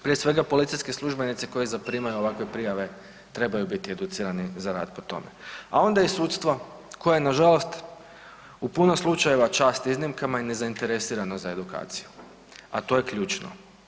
Prije svega policijski službenici koji zaprimaju ovakve prijave trebaju biti educirani za rad po tome, a onda i sudstvo koje nažalost u puno slučajeva, čast iznimkama, je nezainteresirano je za edukaciju, a to je ključno.